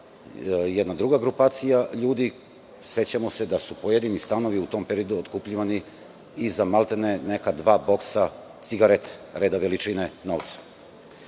jedna druga grupacija ljudi. Sećamo se da su pojedini stanovi u tom periodu otkupljivani i za maltene neka dva boksa cigareta reda veličine